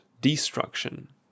destruction